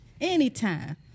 Anytime